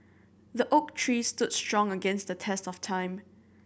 the oak tree stood strong against the test of time